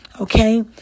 okay